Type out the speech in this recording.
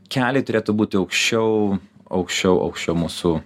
keliai turėtų būti aukščiau aukščiau aukščiau mūsų